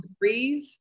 breathe